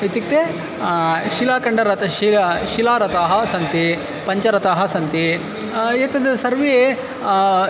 इत्युक्ते शिलाखण्डरथः शिला शिलारथाः सन्ति पञ्चरथाः सन्ति एतत् सर्वे